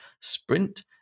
Sprint